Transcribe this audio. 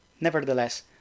Nevertheless